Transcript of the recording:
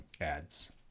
ads